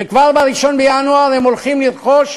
וכבר ב-1 בינואר הן הולכות לרכוש